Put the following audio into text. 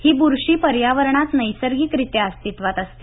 ही बुरशी पर्यावरणात नैसर्गिकरित्या अस्तित्वात असते